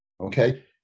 okay